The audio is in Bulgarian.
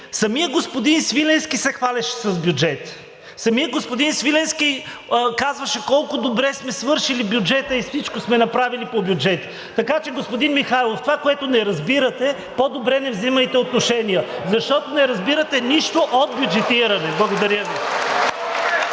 самият господин Свиленски се хвалеше с бюджета, самият господин Свиленски казваше колко добре сме свършили бюджета и всичко сме направили по бюджета. Така че, господин Михайлов, това, което не разбирате, по-добре не взимайте отношение. Защото не разбирате нищо от бюджетиране. Благодаря Ви.